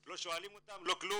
לא שואלים אותם ולא כלום.